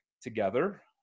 together